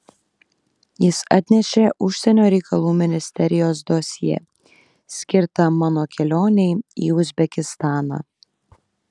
jis atnešė užsienio reikalų ministerijos dosjė skirtą mano kelionei į uzbekistaną